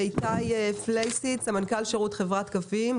איתי פלייסיג, סמנכ"ל שירות חברת קווים.